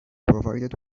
provided